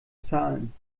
zahlen